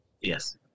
Yes